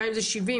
גם אם זה 70,